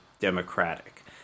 democratic